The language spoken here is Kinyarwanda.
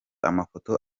amafoto